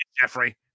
Jeffrey